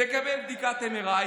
תקבל בדיקת MRI,